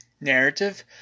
narrative